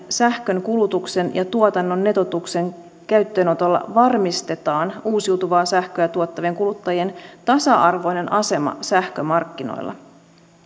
sähkönkulutuksen ja tuotannon netotuksen käyttöönotolla varmistetaan uusiutuvaa sähköä tuottavien kuluttajien tasa arvoinen asema sähkömarkkinoilla